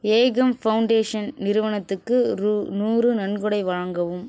ஏகம் foundation நிறுவனத்துக்கு ரூ நூறு நன்கொடை வழங்கவும்